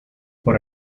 por